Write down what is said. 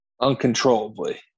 Uncontrollably